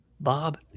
Bob